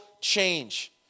change